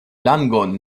langon